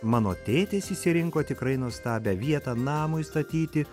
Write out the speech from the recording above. mano tėtis išsirinko tikrai nuostabią vietą namui statyti